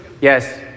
Yes